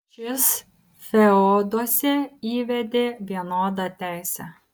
jis feoduose įvedė vienodą teisę